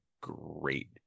great